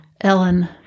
Ellen